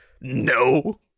No